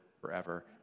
forever